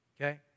Okay